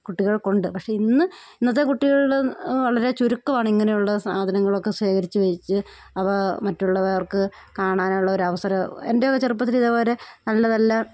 കുട്ടികളെക്കൊണ്ട് പക്ഷെ ഇന്ന് ഇന്നത്തെ കുട്ടികളുടെ വളരെ ചുരുക്കമാണ് ഇങ്ങനെയുള്ള സാധനങ്ങളൊക്കെ ശേഖരിച്ചു വെച്ച് അവ മറ്റുള്ളവർക്ക് കാണാനുള്ളൊരവസരം എൻ്റെ ചെറുപ്പത്തിൽ ഇതേ പോലെ നല്ല നല്ല